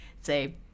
say